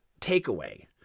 takeaway